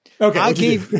Okay